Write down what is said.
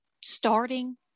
starting